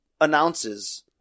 announces